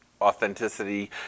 authenticity